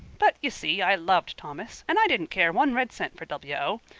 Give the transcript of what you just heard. but, y'see, i loved thomas, and i didn't care one red cent for w o.